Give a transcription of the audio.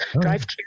Drive